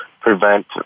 prevent